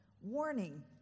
Warning